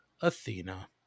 Athena